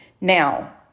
Now